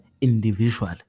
individual